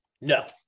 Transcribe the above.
No